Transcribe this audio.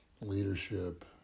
leadership